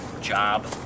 job